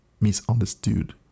misunderstood